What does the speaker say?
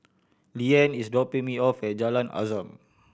Leeann is dropping me off at Jalan Azam